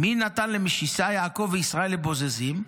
'מי נתן למשיסה יעקב וישראל לבוזזים'?